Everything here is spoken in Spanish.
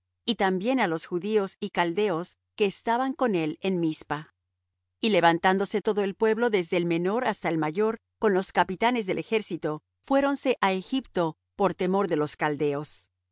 y también á los judíos y caldeos que estaban con él en mizpa y levantándose todo el pueblo desde el menor hasta el mayor con los capitanes del ejército fuéronse á egipto por temor de los caldeos